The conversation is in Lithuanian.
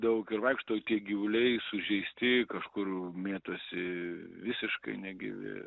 daug ir vaikšto tie gyvuliai sužeisti kažkur mėtosi visiškai negyvi